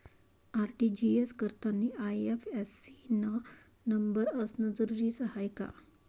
RTGS करतांनी IFSC न number असनं जरुरीच हाय का?